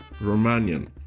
Romanian